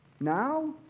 now